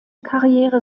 karriere